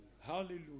Hallelujah